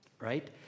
Right